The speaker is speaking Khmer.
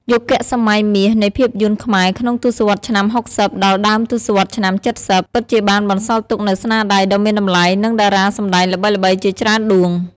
យុគសម័យមាសនៃភាពយន្តខ្មែរក្នុងទសវត្សរ៍ឆ្នាំ៦០ ដល់ដើមទសវត្សរ៍ឆ្នាំ៧០ ពិតជាបានបន្សល់ទុកនូវស្នាដៃដ៏មានតម្លៃ និងតារាសម្ដែងល្បីៗជាច្រើនដួង។